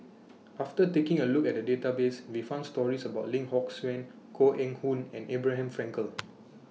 after taking A Look At The databases We found stories about Lim Hock Siew Koh Eng Hoon and Abraham Frankel